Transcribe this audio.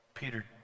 Peter